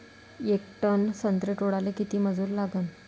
येक टन संत्रे तोडाले किती मजूर लागन?